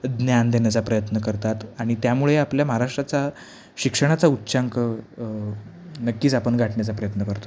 ज्ञान देण्याचा प्रयत्न करतात आणि त्यामुळे आपल्या महाराष्ट्राचा शिक्षणाचा उच्चांक नक्कीच आपण गाठण्याचा प्रयत्न करतो